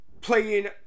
Playing